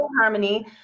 harmony